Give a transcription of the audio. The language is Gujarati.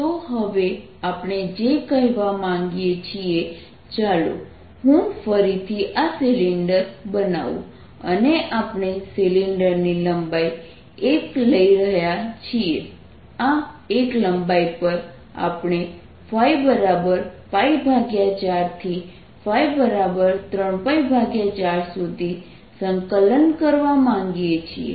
તો હવે આપણે જે કહેવા માગીએ છીએ ચાલો હું ફરીથી આ સિલિન્ડર બનાવું અને આપણે સિલિન્ડરની લંબાઈ 1 લઈ રહ્યા છીએ આ 1 લંબાઈ પર આપણે ϕ4 થી ϕ34 સુધી સંકલન કરવા માગીએ છીએ